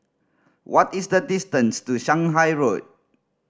what is the distance to Shanghai Road